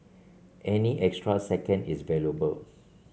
any extra second is valuable